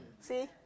See